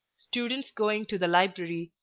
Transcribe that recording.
students going to the library,